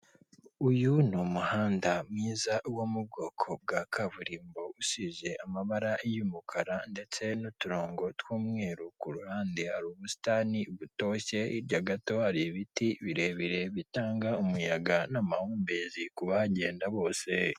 Uyu ni umuhanda mwiza wo mu bwoko bwa kaburimbo usize amabara y'umukara ndetse n'uturongo tw'umweru, ku ruhande hari ubusitani butoshye, hirya gato hari ibiti birebire bitanga umuyaga n'amahumbezi ku bahagenda bose.